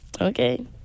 Okay